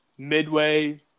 Midway